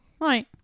Right